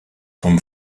vom